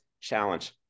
challenge